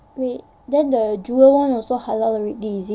wait then the jewel one also halal already is it